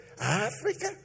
Africa